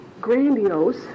grandiose